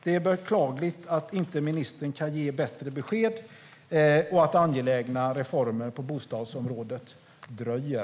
Det är beklagligt att ministern inte kan ge bättre besked och att angelägna reformer på bostadsområdet dröjer.